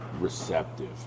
receptive